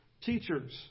teachers